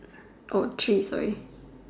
oh three sorry